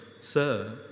Sir